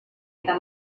eta